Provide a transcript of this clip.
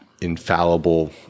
infallible